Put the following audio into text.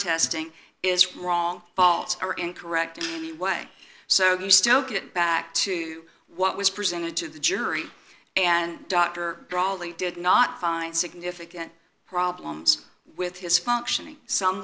testing is wrong faults or incorrect anyway so you still get back to what was presented to the jury and dr brawley did not find significant problems with his functioning some